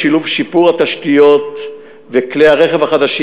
בשילוב שיפור התשתיות וכלי הרכב החדשים,